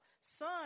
Son